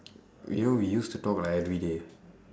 you know we used to talk like everyday